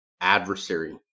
adversary